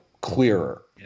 clearer